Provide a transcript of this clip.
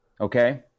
okay